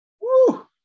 Woo